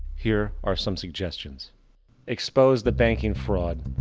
here are some suggestions expose the banking fraud.